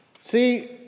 See